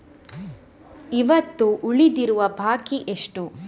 ಇವತ್ತು ಉಳಿದಿರುವ ಬಾಕಿ ಎಷ್ಟು?